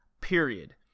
Period